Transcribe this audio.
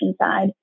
side